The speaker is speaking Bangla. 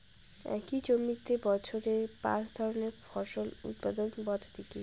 একই জমিতে বছরে পাঁচ ধরনের ফসল উৎপাদন পদ্ধতি কী?